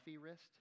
wrist